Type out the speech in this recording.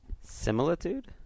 Similitude